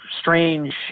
strange